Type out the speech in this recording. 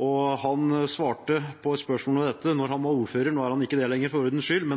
og han svarte på et spørsmål om dette da han var ordfører – nå er han ikke det lenger, for ordens skyld: